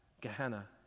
Gehenna